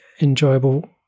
enjoyable